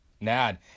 nad